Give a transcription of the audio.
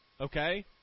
Okay